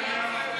קארין אלהרר,